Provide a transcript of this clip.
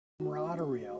camaraderie